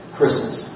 Christmas